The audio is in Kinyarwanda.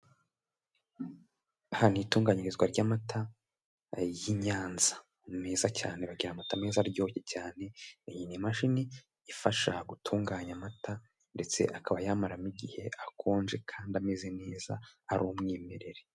Ahantu itunganyirizwa ry'amata y'i Nyanza meza cyane barya amata meza aryoshye cyane iyi nimashini ifasha gutunganya amata ndetse akaba yamaramo igihe akonje kandi ameze neza ari umwimerere.